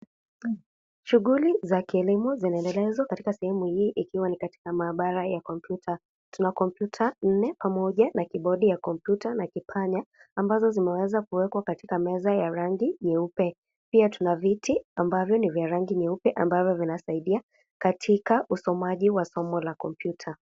Shughuli za kilimo zinaendelezwa katika sehemu hii ikiwa ni katika maabara ya kompyuta. Tuna kompyuta nne pamoja na kibodi ya kompyuta na kipanya ambazo zimeweza kuwekwa katika meza ya rangi nyeupe. Pia tuna viti ambavyo ni vya rangi nyeupe ambavyo vinasaidia katika usomaji wa somo la kompyuta.